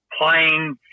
playing